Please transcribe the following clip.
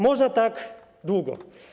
Można tak długo.